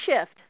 shift